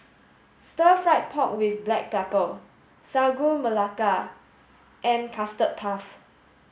stir fried pork with black pepper Sagu Melaka and custard puff